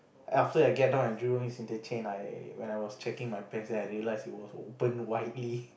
after I get down at Jurong East interchange I when I was checking my pants then I realized it was opening widely